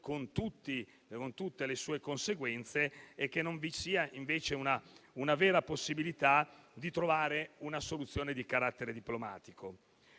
con tutte le sue conseguenze e che non vi sia invece la vera possibilità di trovare una soluzione di carattere diplomatico.